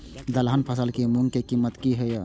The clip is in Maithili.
दलहन फसल के मूँग के कीमत की हय?